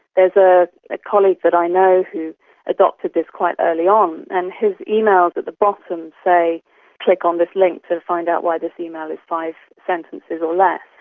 there's a colleague that i know who adopted this quite early on and whose emails at the bottom say click on this link and find out why this email is five sentences or less.